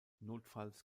notfalls